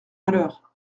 malheur